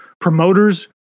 promoters